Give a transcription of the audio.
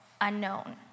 unknown